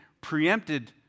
preempted